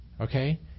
okay